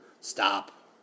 Stop